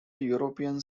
european